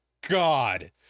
God